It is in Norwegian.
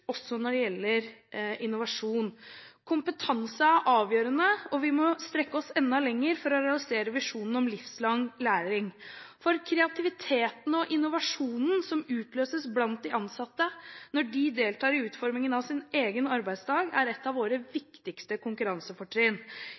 også når det gjelder innovasjon. Kompetanse er avgjørende, og vi må strekke oss enda lenger for å realisere visjonen om livslang læring. Kreativiteten og innovasjonen som utløses blant de ansatte når de deltar i utformingen av sin egen arbeidsdag, er ett av våre viktigste konkurransefortrinn.